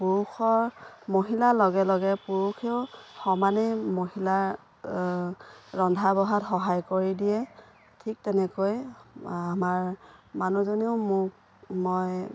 পুৰুষৰ মহিলাৰ লগে লগে পুৰুষেও সমানে মহিলাৰ ৰন্ধা বঢ়াত সহায় কৰি দিয়ে ঠিক তেনেকৈ আমাৰ মানুহজনেও মোক মই